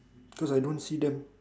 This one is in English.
cause I don't see them